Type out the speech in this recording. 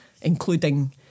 including